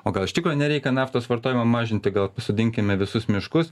o gal iš tikro nereikia naftos vartojimą mažinti gal pasodinkime visus miškus